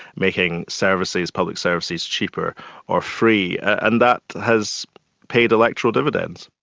making services, public services, cheaper or free. and that has paid electoral dividends.